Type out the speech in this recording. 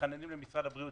מתחננים בפני משרד הבריאות